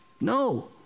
no